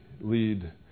lead